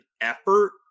effort